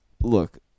look